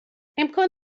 امکان